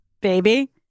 baby